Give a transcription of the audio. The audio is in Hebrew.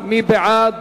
בעד,